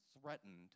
threatened